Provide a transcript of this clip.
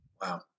Wow